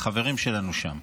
החברים שלנו שם.